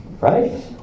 right